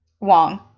Wong